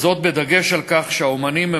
בדגש על כך שהאמנים הם,